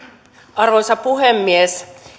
arvoisa puhemies